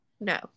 no